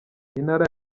intara